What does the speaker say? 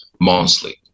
monthly